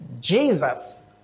Jesus